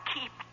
Keep